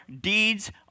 deeds